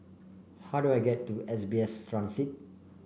how do I get to S B S Transit